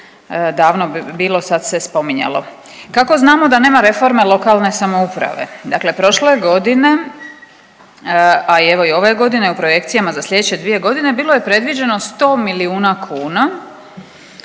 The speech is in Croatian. davno bilo sad se spominjalo. Kako znamo da nema reforme lokalne samouprave? Dakle prošle godine, a evo i ove godine i u projekcijama za sljedeće dvije godine bilo je predviđeno 100 milijuna kuna,